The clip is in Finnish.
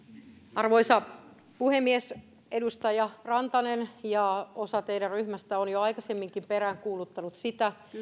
arvoisa puhemies edustaja rantanen ja osa teidän ryhmästänne ovat jo aikaisemminkin peräänkuuluttaneet sitä